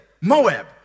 Moab